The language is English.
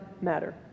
matter